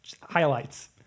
highlights